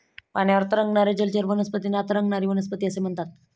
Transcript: पाण्यावर तरंगणाऱ्या जलचर वनस्पतींना तरंगणारी वनस्पती असे म्हणतात